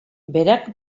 berak